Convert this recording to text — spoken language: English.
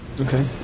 Okay